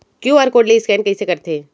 QR code ले scan कइसे करथे?